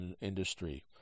industry